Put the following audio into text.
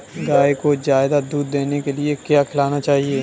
गाय को ज्यादा दूध देने के लिए क्या खिलाना चाहिए?